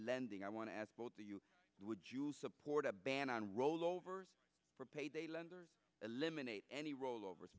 lending i want to ask both of you would you support a ban on rollovers for payday lenders eliminate any rollovers